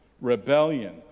rebellion